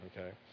okay